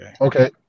Okay